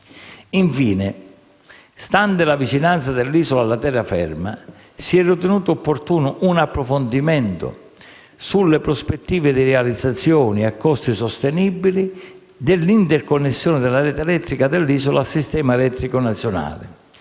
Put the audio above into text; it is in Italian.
Infine, stante la vicinanza dell'isola alla terraferma, si è ritenuto opportuno un approfondimento sulle prospettive di realizzazione, a costi sostenibili, dell'interconnessione della rete elettrica dell'isola al sistema elettrico nazionale.